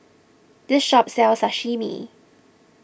this shop sells Sashimi